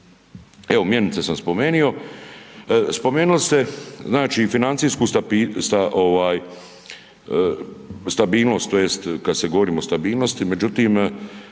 Evo mjenice sam spomenio, spomenuli ste znači financiju stabilnost ovaj stabilnost tj. kad se govorimo o stabilnosti međutim,